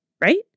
Right